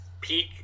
peak